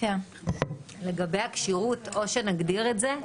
לגבי הכשירות או שנגדיר את זה,